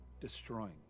destroying